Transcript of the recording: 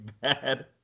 bad